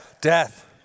Death